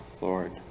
Lord